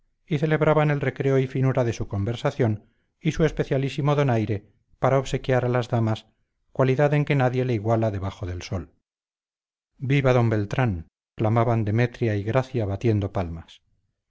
y celebraban el recreo y finura de su conversación y su especialísimo donaire para obsequiar a las damas cualidad en que nadie le iguala debajo del sol viva don beltrán clamaban demetria y gracia batiendo palmas